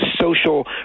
social